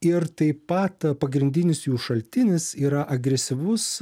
ir taip pat pagrindinis jų šaltinis yra agresyvus